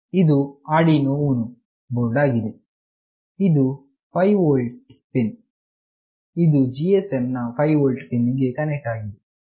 ಇದು Arduino Uno board ಆಗಿದೆ ಇದು 5 ವೋಲ್ಟ್ ನ ಪಿನ್ ಇದು GSM ನ 5 ವೋಲ್ಟ್ ನ ಪಿನ್ ಗೆ ಕನೆಕ್ಟ್ ಆಗಿದೆ